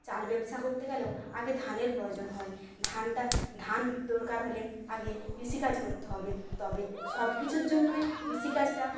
চাল ব্যবসা করতে গেলেও আগে ধানের প্রয়োজন হয় ধানটা ধান দরকার হলে আগে কৃষিকাজ করতে হবে তবে সবকিছুর জন্যই কৃষিকাজটা